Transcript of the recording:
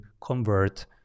convert